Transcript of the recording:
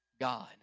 God